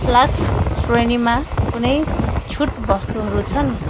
flask श्रेणीमा कुनै छुट वस्तुहरू छन्